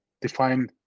define